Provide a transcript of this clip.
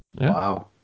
Wow